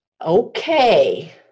okay